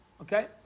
Okay